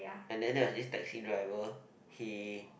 and then there is this taxi driver he